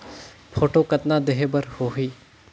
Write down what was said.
Photo कतना देहें बर होहि?